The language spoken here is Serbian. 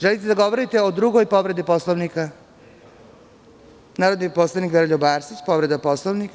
Želite da govorite o drugoj povredi Poslovnika? (Da) Narodni poslanik Veroljub Arsić, povreda Poslovnika.